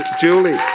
Julie